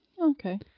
Okay